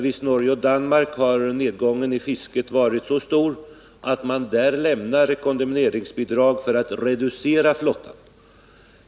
I Norge och Danmark t.ex. har nedgången i fisket varit så stor att man där lämnar kondemneringsbidrag för att reducera flottan.